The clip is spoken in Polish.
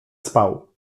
spał